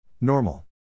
Normal